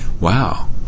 wow